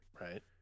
Right